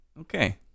okay